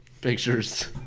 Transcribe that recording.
Pictures